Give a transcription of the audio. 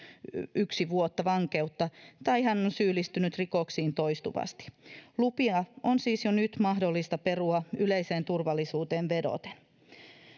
yksi vuotta vankeutta tai jos hän on syyllistynyt rikoksiin toistuvasti lupia on siis jo nyt mahdollista perua yleiseen turvallisuuteen vedoten